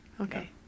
Okay